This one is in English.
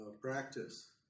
practice